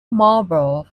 marlborough